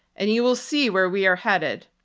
and you will see where we are headed.